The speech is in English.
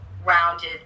rounded